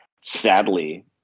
sadly